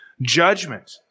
judgment